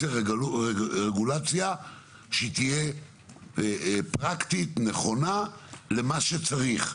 אני רוצה רגולציה שתהיה פרקטית, נכונה, למה שצריך.